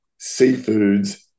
seafoods